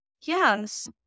Yes